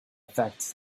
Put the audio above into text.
fact